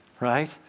right